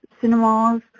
cinemas